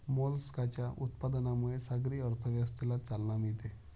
मोलस्काच्या उत्पादनामुळे सागरी अर्थव्यवस्थेला चालना मिळते